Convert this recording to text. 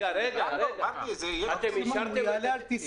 רק ועדת חריגים.